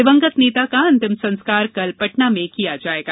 दिवंगत नेता का अंतिम संस्कार कल पटना में किया जाएगा